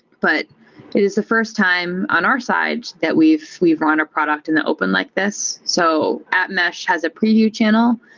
but it is the first time on our side that we've we've run a product in the open like this. so app mesh has a preview channel.